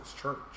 church